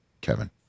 Kevin